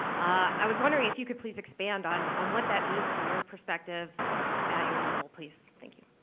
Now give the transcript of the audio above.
i was wondering if you could please expand on on what that means from your perspective at your level, please, thank you.